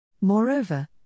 Moreover